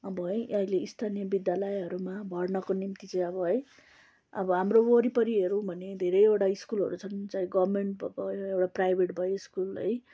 अब है अहिले स्थानीय विद्यालयहरूमा भर्नाको निम्ति चाहिँ अब है अब हाम्रो वरिपरि हेरौँ भने धेरैवटा स्कुलहरू छन् चाहे गर्मेन्ट प एउटा प्राइभेट भयो स्कुल है